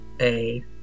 a-